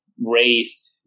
race